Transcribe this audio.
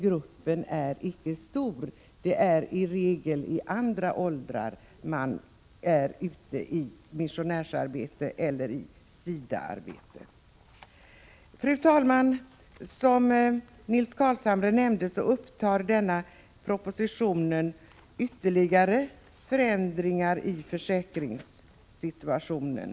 Det är i regel människor i andra åldrar som är missionärer eller har SIDA-arbete. Fru talman! Som Nils Carlshamre nämnde, upptar denna proposition ytterligare förändringar i försäkringssituationen.